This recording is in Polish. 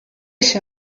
się